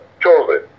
Chosen